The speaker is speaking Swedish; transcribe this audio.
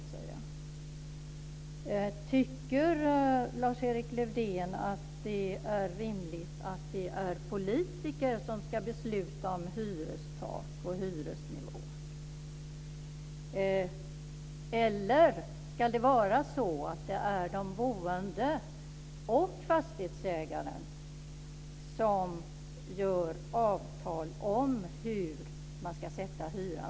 Tycker Lars-Erik Lövdén att det är rimligt att det är politiker som ska besluta om hyrestak och hyresnivåer, eller ska det vara de boende och fastighetsägaren som sluter avtal om hur man ska sätta hyran?